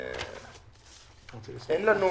אין לנו